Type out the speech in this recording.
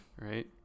Right